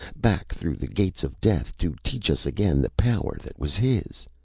back through the gates of death, to teach us again the power that was his!